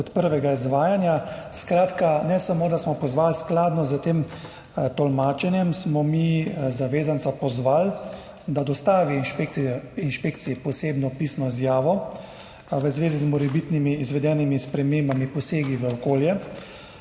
iz prvega izvajanja. Skratka, skladno s tem tolmačenjem smo mi zavezanca pozvali, da dostavi inšpekciji posebno pisno izjavo v zvezi z morebitnimi izvedenimi spremembami, posegi v okolje.